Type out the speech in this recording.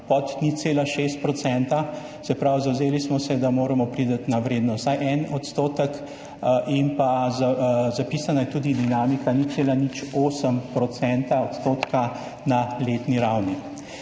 pod 0,6 %, se pravi, zavzeli smo se, da moramo priti na vrednost vsaj 1 %, in pa zapisana je tudi dinamika 0,08 % na letni ravni.